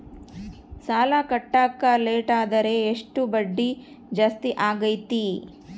ಸಾಲ ಕಟ್ಟಾಕ ಲೇಟಾದರೆ ಎಷ್ಟು ಬಡ್ಡಿ ಜಾಸ್ತಿ ಆಗ್ತೈತಿ?